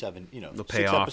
seven you know the payoff